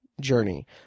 journey